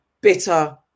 bitter